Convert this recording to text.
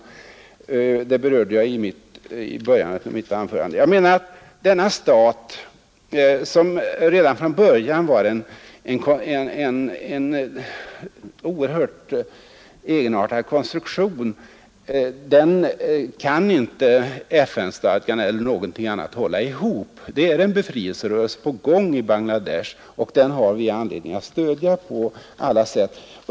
Staten Pakistan, som alltså redan från början var en mycket egenartad konstruktion, kan inte FN-stadgan eller någonting annat hålla ihop. Det är en befrielserörelse på gång i Bangla Desh, och den har vi anledning att stödja på alla sätt.